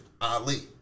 Ali